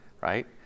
right